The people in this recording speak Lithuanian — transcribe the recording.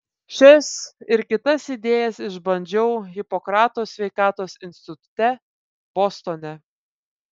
šias ir kitas idėjas išbandžiau hipokrato sveikatos institute bostone